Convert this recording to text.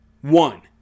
One